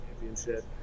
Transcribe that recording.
championship